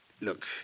look